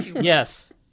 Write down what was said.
yes